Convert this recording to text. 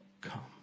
come